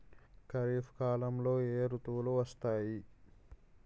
ఖరిఫ్ కాలంలో ఏ ఋతువులు వస్తాయి?